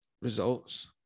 results